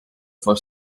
for